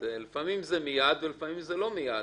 לפעמים זה מייד ולפעמים זה לא מייד.